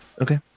Okay